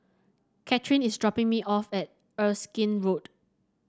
Katherin is dropping me off at Erskine Road